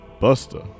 buster